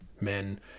men